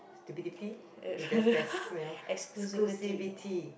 stupidity exclusivity